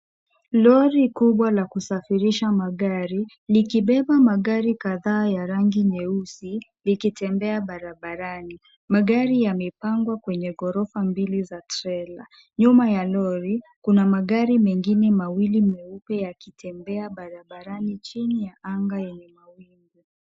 Lori kubwa la kusafirisha magari, likibeba magari kadhaa ya rangi nyeusi, likitembea barabarani. Magari yamepangwa kwenye ghorofa mbili za trela. Nyuma ya lori kuna magari mengine mawili meupe yakitembea barabarani chini ya anga yenye mawingu.